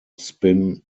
spin